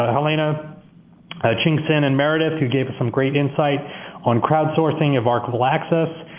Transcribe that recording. i mean ah ching-hsien and meredith who gave us some great inside on crowdsourcing of archival access.